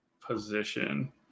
position